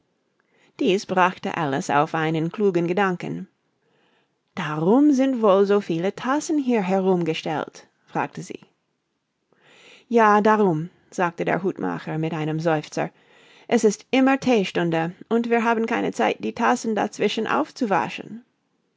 dies brachte alice auf einen klugen gedanken darum sind wohl so viele tassen hier herumgestellt fragte sie ja darum sagte der hutmacher mit einem seufzer es ist immer theestunde und wir haben keine zeit die tassen dazwischen aufzuwaschen